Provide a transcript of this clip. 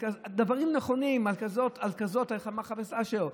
דברים נכונים, על קסדות, חבר הכנסת אשר.